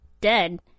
dead